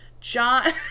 John